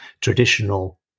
traditional